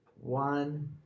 one